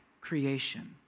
creation